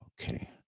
Okay